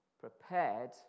prepared